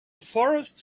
forest